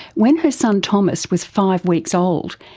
when her son tomas was five weeks old,